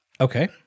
Okay